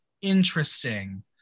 interesting